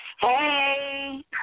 Hey